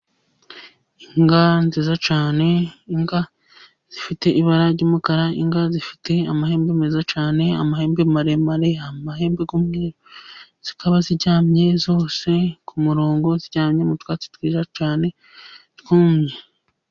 Inka nziza cyane, inka zifite ibara ry'umukara, zifite amahembe meza cyane, amahembe maremare, amahembe y'umweru. Zikaba ziryamye zose kumurongo, ziryamye mutwatsi twiza cyane twumye.